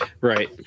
Right